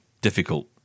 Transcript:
difficult